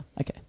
Okay